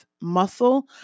muscle